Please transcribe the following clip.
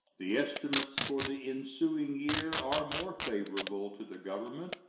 the estimates for the ensuing year are more favorable to the government,